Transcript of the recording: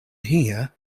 here